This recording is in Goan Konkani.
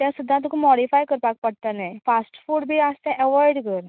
तें सुद्दां तुका मोडिफाय करपाक पडटलें फास्ट फूड बी आसा तें अवाॅयड कर